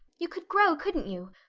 you could grow, couldn't you?